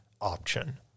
option